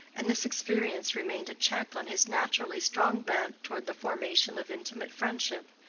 and this experience remained a check on his naturally strong bent toward the formation of intimate friendship.